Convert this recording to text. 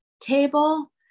table